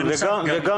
וגם